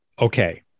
okay